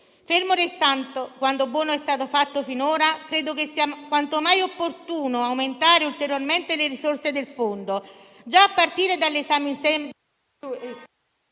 Fermo restando quanto di buono è stato fatto finora, credo sia quanto mai opportuno aumentare ulteriormente le risorse del fondo. Già a partire dall'esame... *(Il